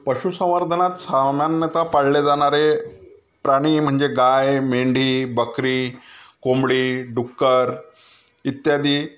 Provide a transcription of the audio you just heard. पशुसंवर्धनात सामान्यतः पाळले जाणारे प्राणी म्हणजे गाय मेंढी बकरी कोंबडी डुक्कर इत्यादी